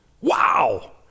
Wow